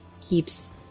keeps